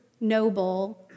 noble